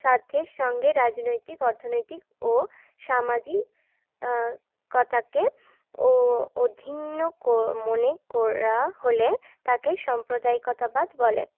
সাথে সঙ্গে রাজনৈতিক অর্থনৈতিক ও সামাজিকতাকে ও মনে করা হলে তাকে সম্প্রদায়িকতাবাদ বলে